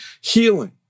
healing